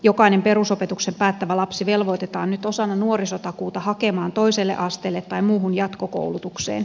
jokainen perusopetuksen päättävä lapsi velvoitetaan nyt osana nuorisotakuuta hakemaan toiselle asteelle tai muuhun jatkokoulutukseen